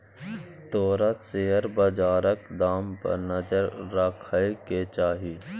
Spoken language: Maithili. तोरा शेयर बजारक दाम पर नजर राखय केँ चाही